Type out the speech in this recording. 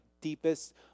deepest